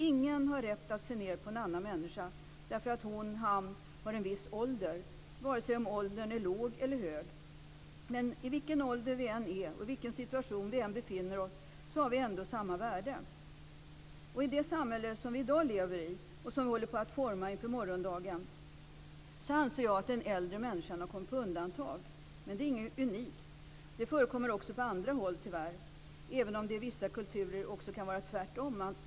Ingen har rätt att se ned på en annan människa därför att hon eller han har en viss ålder, vare sig åldern är låg eller hög. Men i vilken ålder vi än är och i vilken situation vi än befinner oss har vi samma värde. I det samhälle som vi i dag lever i och som vi håller på att forma inför morgondagen anser jag att den äldre människan har kommit på undantag. Det är inget unikt. Det förekommer också på andra håll, tyvärr, även om det i vissa kulturer också kan vara tvärtom.